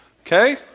Okay